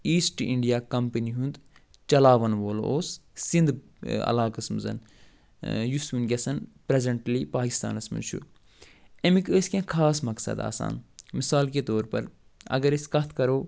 east India company ہُنٛد چلاوَن وول اوس سِنٛدھ علاقس منٛز یُس وٕنۍکٮ۪س پرٛٮ۪زنٹلی پاکستانس منٛز چھُ اَمِکۍ ٲسۍ کیٚنٛہہ خاص مقصد آسان مِثال کے طور پر اگر أسۍ کَتھ کَرو